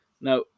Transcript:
Now